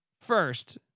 first